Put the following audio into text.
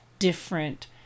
different